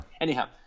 Anyhow